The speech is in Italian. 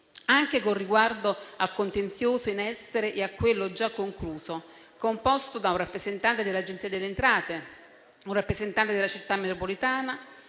anche con riguardo al contenzioso in essere e a quello già concluso, composto da un rappresentante dell'Agenzia delle entrate, un rappresentante della Città metropolitana